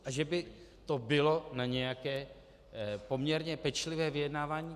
A že by to bylo na nějaké poměrně pečlivé vyjednávání.